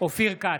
אופיר כץ,